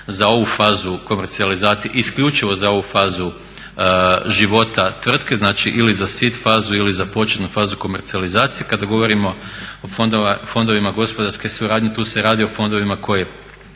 za ovu fazu komercijalizacije, isključivo za ovu fazu života tvrtke ili za sid fazu ili za početnu fazu komercijalizacije. Kada govorimo o fondovima gospodarske suradnje tu se radi o fondovima koji